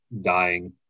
dying